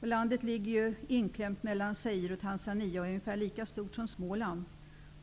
Landet ligger ju inklämt mellan Zaire och Tanzania och är ungefär lika stort som Småland.